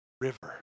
river